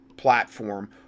Platform